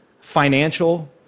financial